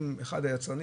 עם אחד היצרנים,